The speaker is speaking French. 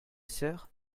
sœur